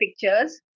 pictures